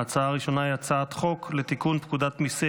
ההצעה הראשונה היא הצעת חוק לתיקון פקודת מיסי